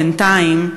בינתיים,